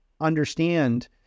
understand